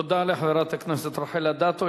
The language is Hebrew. תודה לחברת הכנסת רחל אדטו.